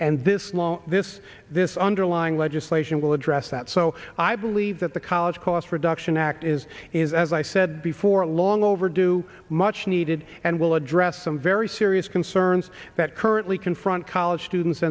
and this law this this underlying legislation will address that so i believe that the college costs reduction act is is as i said before long overdue much needed and will address some very serious concerns that currently confront college students